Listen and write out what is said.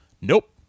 nope